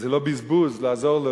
זה לא בזבוז לעזור לו,